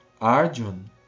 Arjun